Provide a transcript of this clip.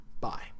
Bye